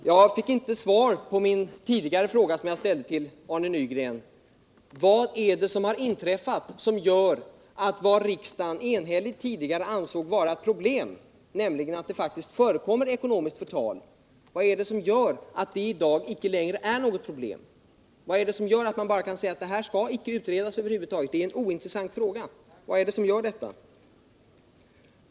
Jag fick inte svar på den fråga som jag tidigare ställde till Arne Nygren: Vad är det som har inträffat som gör att vad riksdagen tidigare enhälligt ansåg vara ett problem, nämligen att det faktiskt förekommer ekonomiskt förtal, i dag inte längre är något problem? Vad är det som gör att man bara kan säga att det här skall över huvud taget inte utredas, det är en ointressant fråga?